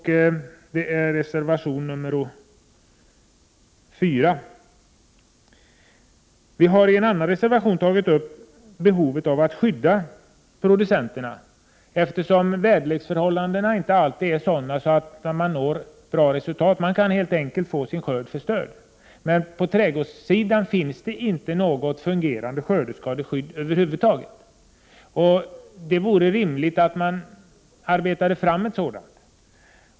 I en annan reservation har vi tagit upp behovet av att skydda producenterna, eftersom väderleksförhållandena inte alltid är sådana att de når bra resultat utan helt enkelt kan få sin skörd förstörd. När det gäller trädgårdsnäringen finns det över huvud taget inte något fungerande skördeskadeskydd. Det vore rimligt att man arbetade fram ett sådant.